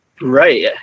Right